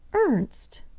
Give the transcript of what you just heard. ernst!